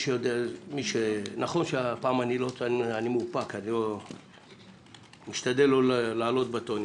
נכון שהפעם אני מאופק ומשתדל לא לעלות בטונים.